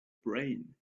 brain